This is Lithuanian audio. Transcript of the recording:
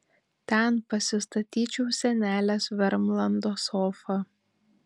ten pasistatyčiau senelės vermlando sofą